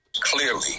Clearly